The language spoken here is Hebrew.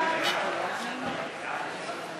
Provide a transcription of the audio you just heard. יצחק הרצוג,